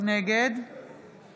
נגד